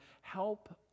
help